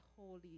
holy